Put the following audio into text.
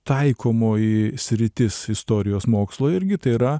taikomoji sritis istorijos mokslo irgi tai yra